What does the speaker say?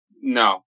no